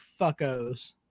fuckos